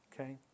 Okay